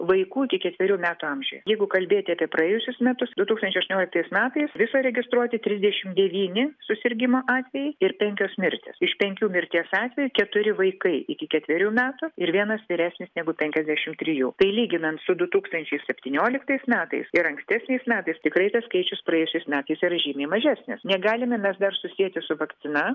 vaikų iki ketverių metų amžiuj jeigu kalbėti apie praėjusius metus du tūkstančiai aštuonioliktais metais viso registruoti trisdešimt devyni susirgimo atvejai ir penkios mirtys iš penkių mirties atvejų keturi vaikai iki ketverių metų ir vienas vyresnis negu penkiasdešimt trijų tai lyginant su du tūkstančiai septynioliktais metais ir ankstesniais metais tikrai tas skaičius praėjusiais metais yra žymiai mažesnis negalime mes dar susieti su vakcina